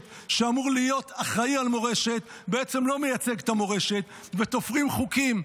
9 בעד ההצעה להעביר את הצעת החוק לוועדה,